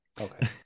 Okay